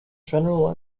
general